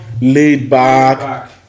laid-back